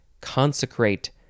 consecrate